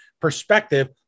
perspective